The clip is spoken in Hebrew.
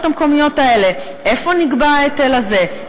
המקומיות האלה: איפה נקבע ההיטל הזה,